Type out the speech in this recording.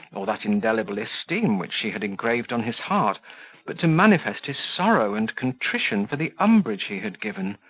or that indelible esteem which she had engraved on his heart but to manifest his sorrow and contrition for the umbrage he had given,